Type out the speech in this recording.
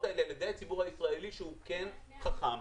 האלה על ידי הציבור הישראלי שהוא כן חכם,